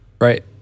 Right